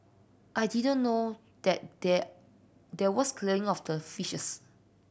I didn't know that there was clearing of the fishes